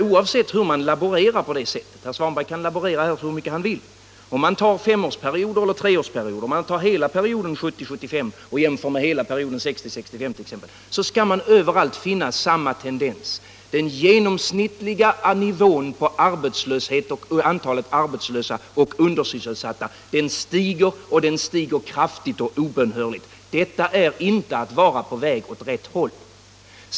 Oavsett hur man laborerar med siffrorna på det sättet — och herr Svanberg kan få göra det hur mycket han vill — t.ex. med femårs eller med treårsperioder eller med hela perioden 1970-1975 jämfört med hela perioden 1960-1965, skall man överallt finna samma tendens. Den genomsnittliga nivån på antalet arbetslösa och undersysselsatta stiger kraftigt och obönhörligt. Detta är inte att vara på väg åt rätt håll.